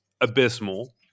abysmal